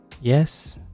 yes